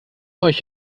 euch